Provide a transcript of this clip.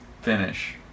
finish